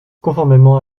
conformément